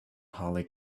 holly